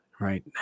right